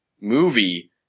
movie